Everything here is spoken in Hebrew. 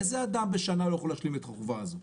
איזה אדם לא יכול להשלים את החובה הזאת?